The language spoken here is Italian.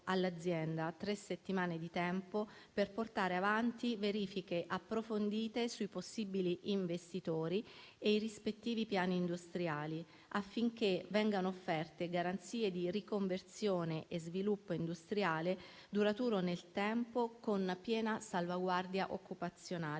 all'azienda tre settimane di tempo per portare avanti verifiche approfondite sui possibili investitori e i rispettivi piani industriali, affinché vengano offerte garanzie di riconversione e sviluppo industriale duraturo nel tempo con piena salvaguardia occupazionale.